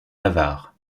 avars